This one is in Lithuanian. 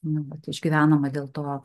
nu vat išgyvenama dėl to